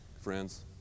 friends